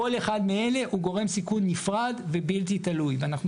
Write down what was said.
כל אחד מאלה הוא גורם סיכון נפרד ובלתי תלוי ואנחנו